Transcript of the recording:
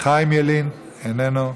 חיים ילין, איננו.